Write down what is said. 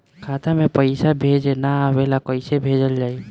खाता में पईसा भेजे ना आवेला कईसे भेजल जाई?